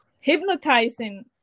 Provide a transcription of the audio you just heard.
hypnotizing